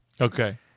Okay